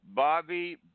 Bobby